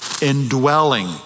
indwelling